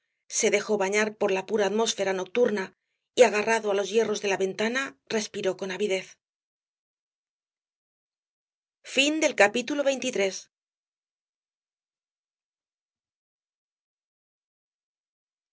se dejó bañar por la pura atmósfera nocturna y agarrado á los hierros de la ventana respiró con avidez